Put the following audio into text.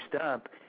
up